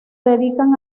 dedican